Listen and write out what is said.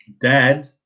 dad